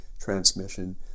transmission